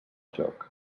joc